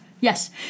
Yes